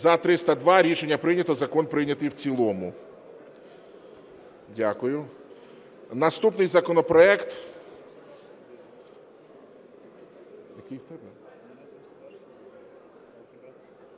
За-302 Рішення прийнято. Закон прийнятий в цілому. Дякую. Наступний законопроект